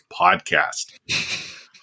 podcast